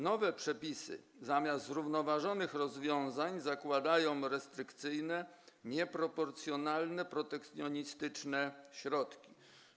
Nowe przepisy zamiast zrównoważonych rozwiązań zakładają restrykcyjne, nieproporcjonalne, protekcjonistyczne środki.